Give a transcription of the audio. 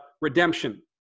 redemption